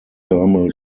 thermal